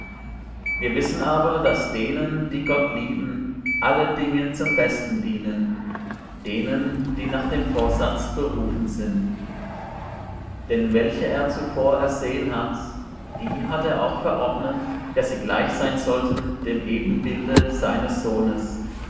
wir wissen aber daß denen die gott lieben alle dinge zum besten dienen denen die nach dem vorsatz berufen sind denn welche er zuvor ersehen hat die hat er auch verordnet daß sie gleich sein sollten dem ebenbilde seines sohnes